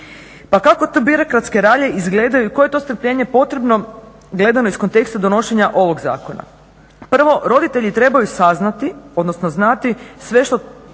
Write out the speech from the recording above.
Pa kako to birokratske ralje izgledaju i koje je to strpljenje potrebno gledano iz konteksta donošenja ovog zakona? Prvo, roditelji trebaju saznati, odnosno znati sve što